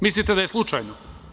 Mislite li da je slučajno?